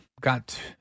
got